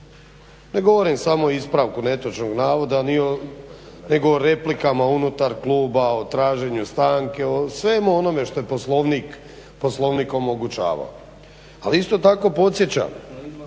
Ne govorim samo o ispravku netočnog navoda nego o replikama unutar kluba, o traženju stanke, o svemu onome što je Poslovnik omogućavao. Ali isto tako podsjećam